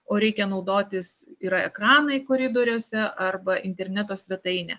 o reikia naudotis yra ekranai koridoriuose arba interneto svetaine